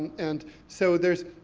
and so, there's,